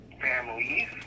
Families